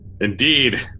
Indeed